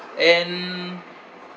and